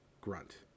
Grunt